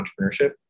entrepreneurship